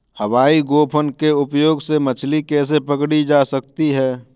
हवाई गोफन के उपयोग से मछली कैसे पकड़ी जा सकती है?